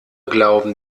glauben